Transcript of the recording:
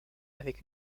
avec